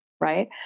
Right